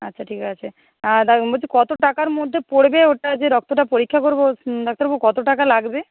আচ্ছা ঠিক আছে আর বলছি কত টাকার মধ্যে পড়বে ওটা যে রক্তটা পরীক্ষা করব ডাক্তারবাবু কত টাকা লাগবে